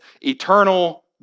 eternal